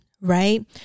right